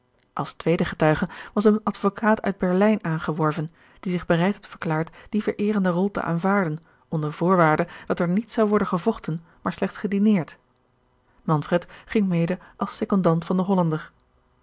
als tweede getuige was een advokaat uit berlijn aangeworven die zich bereid had verklaard die vereerende rol te aanvaarden onder voorwaarde dat er niet zou worden gevochten maar slechts gedineerd manfred ging mede als secondant van den hollander